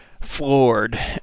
floored